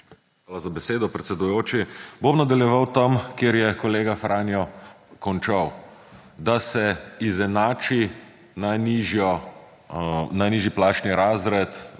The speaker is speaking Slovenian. za besedo, predsedujoči. Bom nadaljevala tam, kjer je kolega Franjo končal, da se izenači najnižji plačni razred